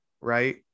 right